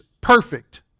perfect